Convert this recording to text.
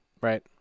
Right